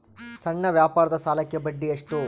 ಸಣ್ಣ ವ್ಯಾಪಾರದ ಸಾಲಕ್ಕೆ ಬಡ್ಡಿ ಎಷ್ಟು?